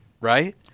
right